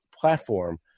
platform